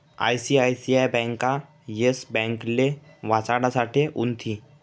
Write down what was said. ICICI bank Yes ब्यांकले वाचाडासाठे उनथी